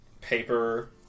paper